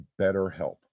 BetterHelp